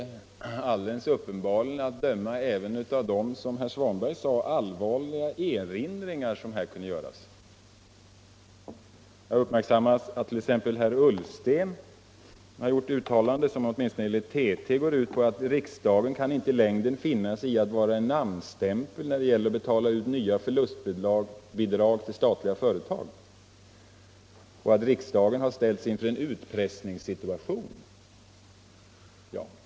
Det framgick även av det som herr Svanberg sade att allvarliga erinringar kunde göras i detta sammanhang. Jag vill peka på att t.ex. herr Ullsten gjort uttalanden, som åtminstone enligt TT går ut på att riksdagen inte längre kan finna sig i att vara en namnstämpel när det gäller att betala ut förlustbidrag till statliga företag och att riksdagen har ställts inför en utpressningssituation.